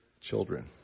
children